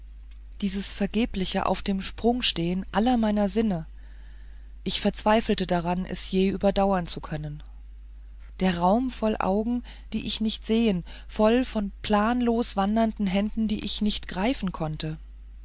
dieses vergebliche auf dem sprung stehen aller meiner sinne ich verzweifelte daran es je überdauern zu können der raum voll augen die ich nicht sehen voll von planlos wandernden händen die ich nicht greifen konnte